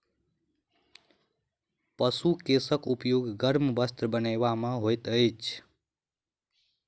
पशु केशक उपयोग गर्म वस्त्र बनयबा मे होइत अछि